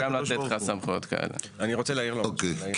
אני רוצה להעיר משהו.